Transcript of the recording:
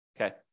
okay